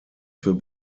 für